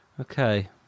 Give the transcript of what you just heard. Okay